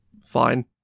fine